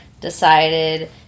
decided